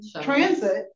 Transit